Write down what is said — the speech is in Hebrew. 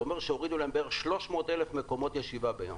זה אומר הורידו להם בבערך 300,000 מקומות ישיבה ביום.